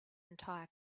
entire